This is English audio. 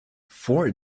four